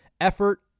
effort